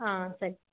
ஆ சரி